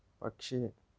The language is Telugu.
పక్షి